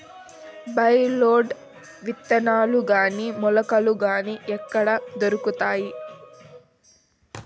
By రోడ్లు విత్తనాలు గాని మొలకలు గాని ఎక్కడ దొరుకుతాయి?